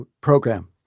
program